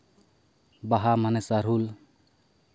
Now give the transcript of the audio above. ᱵᱟᱦᱟ ᱢᱟᱱᱮ ᱥᱟᱨᱦᱩᱞ